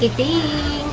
the